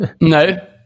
No